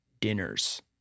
dinners